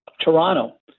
Toronto